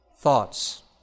thoughts